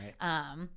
Right